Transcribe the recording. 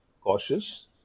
cautious